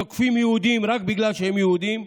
שתוקפים יהודים רק בגלל שהם יהודים,